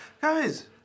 Guys